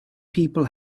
people